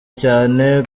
cyane